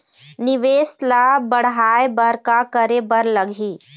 निवेश ला बड़हाए बर का करे बर लगही?